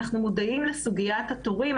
אנחנו מודעים לסוגיית התורים,